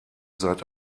seid